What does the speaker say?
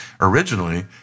originally